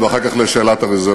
הגירעון, ואחר כך לשאלת הרזרבות.